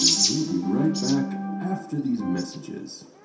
we'll be right back after these messages